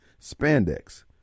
spandex